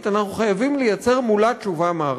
אנחנו חייבים לייצר מולה תשובה מערכתית.